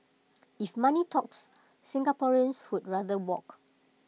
if money talks Singaporeans would rather walk